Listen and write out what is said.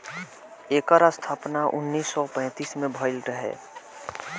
एकर स्थापना उन्नीस सौ पैंतीस में भइल रहे